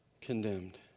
condemned